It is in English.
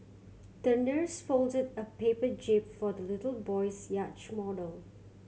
the nurse folded a paper jib for the little boy's yacht model